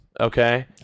okay